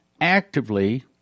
actively